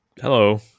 hello